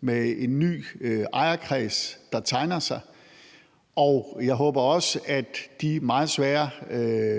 med en ny ejerkreds, der tegner sig, og jeg håber også, at de meget svære